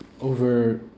over